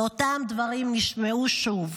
ואותם דברים נשמעו שוב,